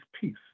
peace